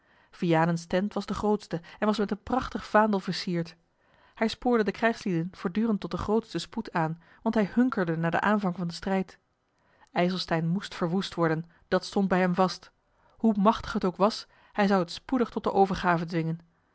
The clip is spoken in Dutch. vianens tent was de grootste en was met een prachtig vaandel versierd hij spoorde de krijgslieden voortdurend tot den grootsten spoed aan want hij hunkerde naar den aanvang van den strijd ijselstein moest verwoest worden dat stond bij hem vast hoe machtig het ook was hij zou het spoedig tot de overgave dwingen